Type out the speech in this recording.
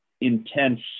intense